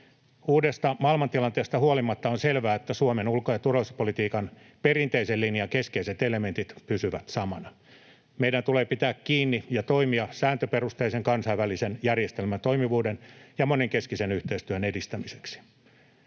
Uudesta maailmantilanteesta huolimatta on selvää, että Suomen ulko- ja turvallisuuspolitiikan perinteisen linjan keskeiset elementit pysyvät samana. Meidän tulee pitää kiinni ja toimia sääntöperusteisen kansainvälisen järjestelmän toimivuuden ja monenkeskisen yhteistyön edistämiseksi.